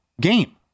game